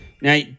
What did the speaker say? Now